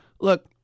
look